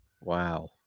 Wow